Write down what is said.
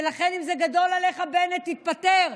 ולכן, אם זה גדול עליך, בנט, תתפטר.